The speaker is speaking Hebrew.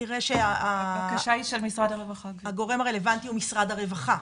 נראה לי שהגורם הרלוונטי הוא משרד הרווחה.